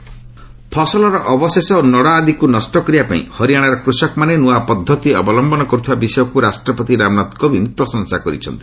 ପ୍ରେଜ୍ ଫାର୍ମରସ୍ ଫସଲର ଅବଶେଷ ଓ ନଡ଼ା ଆଦିକୁ ନଷ୍ଟ କରିବା ପାଇଁ ହରିଆଣାର କୃଷକମାନେ ନୂଆ ପଦ୍ଧତି ଅବଲମ୍ଭନ କରୁଥିବା ବିଷୟକୁ ରାଷ୍ଟ୍ରପତି ରାମନାଥ କୋବିନ୍ଦ ପ୍ରଶଂସା କରିଛନ୍ତି